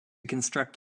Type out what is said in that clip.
construct